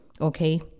Okay